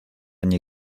nie